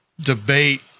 debate